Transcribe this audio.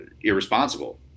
irresponsible